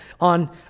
On